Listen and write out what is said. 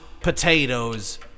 potatoes